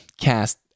cast